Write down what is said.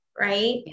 right